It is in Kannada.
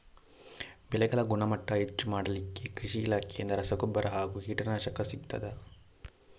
ಬೆಳೆಗಳ ಗುಣಮಟ್ಟ ಹೆಚ್ಚು ಮಾಡಲಿಕ್ಕೆ ಕೃಷಿ ಇಲಾಖೆಯಿಂದ ರಸಗೊಬ್ಬರ ಹಾಗೂ ಕೀಟನಾಶಕ ಸಿಗುತ್ತದಾ?